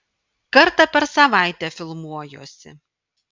kartą per savaitę filmuojuosi